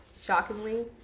shockingly